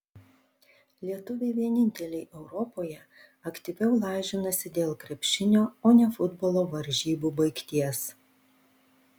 lietuviai vieninteliai europoje aktyviau lažinasi dėl krepšinio o ne futbolo varžybų baigties